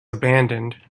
abandoned